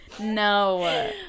no